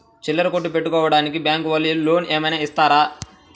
చిల్లర కొట్టు పెట్టుకోడానికి బ్యాంకు వాళ్ళు లోన్ ఏమైనా ఇస్తారా?